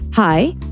Hi